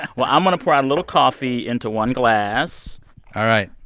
and well, i'm going to pour out a little coffee into one glass all right